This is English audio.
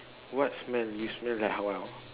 what smell you smell like how